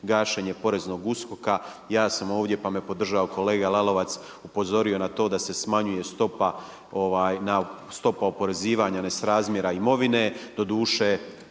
gašenje Poreznog USKOK-a. Ja sam ovdje pa me podržao kolega Lalovac upozorio na to da se smanjuje stopa oporezivanja nesrazmjera imovine.